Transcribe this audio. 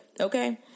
okay